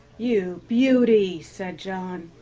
you beauty! said john,